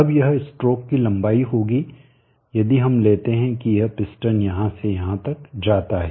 अब यह स्ट्रोक की लंबाई होगी यदि हम लेते हैं कि यह पिस्टन यहाँ से यहाँ तक जाता है